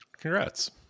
Congrats